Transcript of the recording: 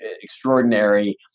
extraordinary